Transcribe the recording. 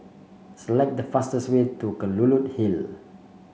select the fastest way to Kelulut Hill